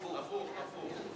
הפוך.